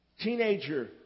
teenager